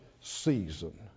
season